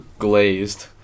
Glazed